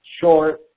short